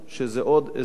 שזה עוד אזור